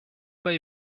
pas